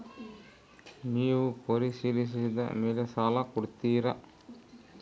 ನೇವು ಪರಿಶೇಲಿಸಿದ ಮೇಲೆ ಸಾಲ ಕೊಡ್ತೇರಾ?